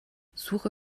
suche